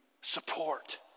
support